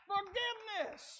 Forgiveness